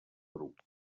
grup